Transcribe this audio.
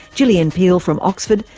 gillian peele from oxford,